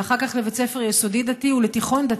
ואחר כך לבית ספר יסודי דתי ולתיכון דתי.